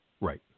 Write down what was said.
Right